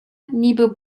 ніби